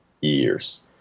years